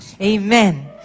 Amen